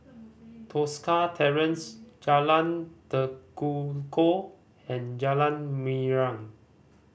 Tosca Terrace Jalan Tekukor and Jalan Mariam